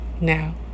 now